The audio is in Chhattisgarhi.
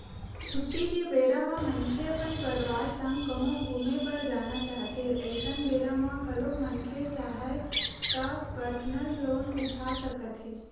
छुट्टी के बेरा म मनखे अपन परवार संग कहूँ घूमे बर जाना चाहथें अइसन बेरा म घलोक मनखे चाहय त परसनल लोन उठा सकत हे